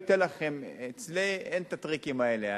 אצלי אין הטריקים האלה.